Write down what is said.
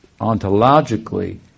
ontologically